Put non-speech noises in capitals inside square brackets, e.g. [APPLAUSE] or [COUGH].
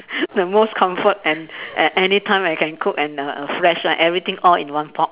[LAUGHS] the most comfort and and anytime I can cook and err err fresh lah everything all in one pot